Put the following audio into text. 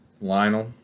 Lionel